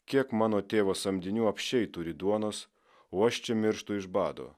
kiek mano tėvo samdinių apsčiai turi duonos o aš čia mirštu iš bado